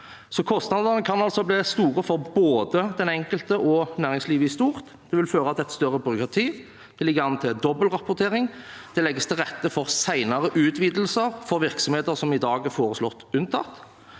Kostnadene kan altså bli store for både den enkelte og næringslivet i stort. Det vil føre til et større byråkrati, det ligger an til dobbeltrapportering, og det legges til rette for senere utvidelser for virksomheter som i dag er foreslått unntatt.